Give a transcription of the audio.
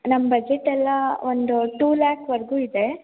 ನಮ್ಮ ಬಜೆಟ್ಟೆಲ್ಲ ಒಂದು ಟೂ ಲ್ಯಾಕ್ವರೆಗೂ ಇದೆ